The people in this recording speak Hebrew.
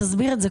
תסביר את זה,